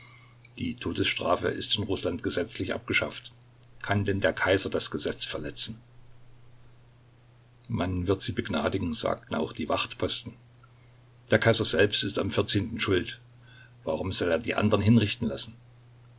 die todesstrafe ist in rußland gesetzlich abgeschafft kann denn der kaiser das gesetz verletzen man wird sie begnadigen sagten auch die wachtposten der kaiser selbst ist am vierzehnten schuld warum soll er die andern hinrichten lassen